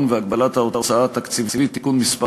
והגבלת ההוצאה התקציבית (תיקון מס'